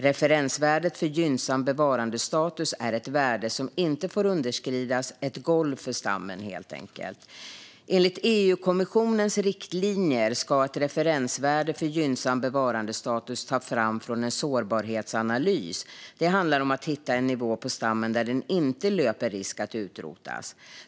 Referensvärdet för gynnsam bevarandestatus är ett värde som inte får underskridas, ett golv för stammen helt enkelt. Enligt EU-kommissionens riktlinjer ska ett referensvärde för gynnsam bevarandestatus tas fram från en sårbarhetsanalys. Det handlar om att hitta en nivå på stammen där den inte löper risk att utrotas.